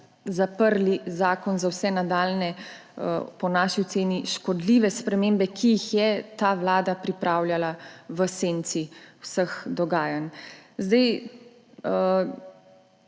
zaprli zakon za vse nadaljnje, po naši oceni škodljive spremembe, ki jih je ta vlada pripravljala v senci vseh dogajanj. Kot